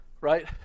right